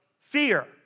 fear